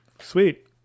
sweet